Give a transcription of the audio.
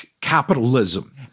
capitalism